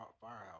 Firehouse